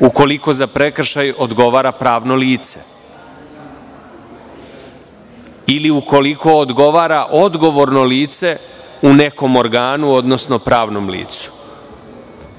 ukoliko za prekršaj odgovara pravno lice ili ukoliko odgovara odgovorno lice u nekom organu, odnosno pravnom licu?